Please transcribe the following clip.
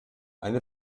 eine